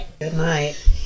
Goodnight